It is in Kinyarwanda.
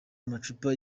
amacupa